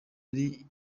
yari